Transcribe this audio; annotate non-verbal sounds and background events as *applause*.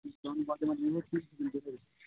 *unintelligible*